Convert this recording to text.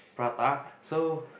prata so